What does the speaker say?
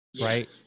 Right